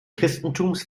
christentums